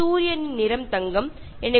സൂര്യന്റെ നിറം സ്വർണ്ണനിറം ആണ്